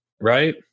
right